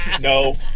No